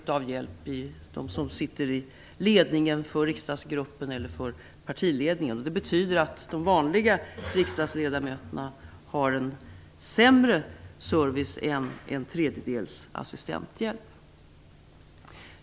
Det kan gälla dem som sitter i ledningen för riksdagsgruppen eller partiledningen. Det betyder att de vanliga riksdagsledamöterna har en sämre service än en tredjedels assistenthjälp.